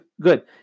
good